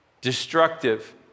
destructive